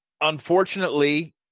Unfortunately